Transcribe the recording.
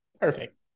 Perfect